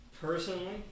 personally